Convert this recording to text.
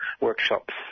workshops